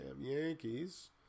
Yankees